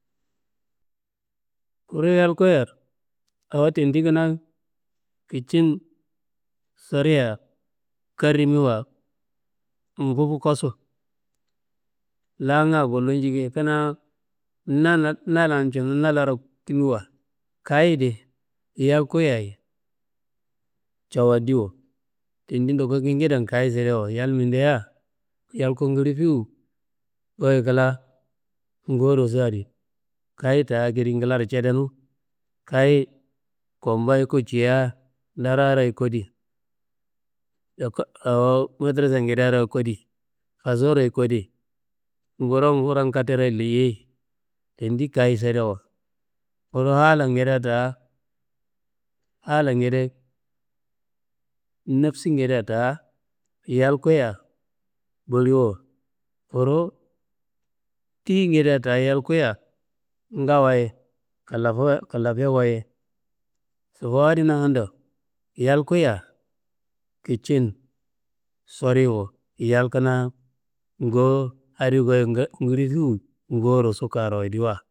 Kure yal kuiya, awo tendi kinaa kicin soriya karrimiwa gufu kossu, langa wullu njike. Kinaa nalan cinumu nalaro timiwa kayidi yal kuyiya cewandiwo, tendi doko kekeden kayi sirewo. Yal midea yal ku ngili fiwu goyi kla ngowurosu adi kayi taa akedi nglaro cedenu. Kayi, komboyi ku ciyeia dararo ye kodi, awo madrasagedero ye kodi, kasuro ye kodi, guro n guro n katteroye leyei tandi kayi sedewa. Kuru halangedea daa halangeden nafsingedea daa yal kuya baliwo. Kuru tiyingedea daa yal kuya baliwo ngawo ye kalafewo ye, sobowo adinangando, yal kuya kicin soriwo. Yal kanaa ngo adi goyi ngili fiwu ngowro sukaroyediwa.